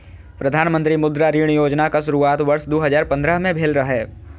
प्रधानमंत्री मुद्रा ऋण योजनाक शुरुआत वर्ष दू हजार पंद्रह में भेल रहै